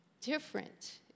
different